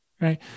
Right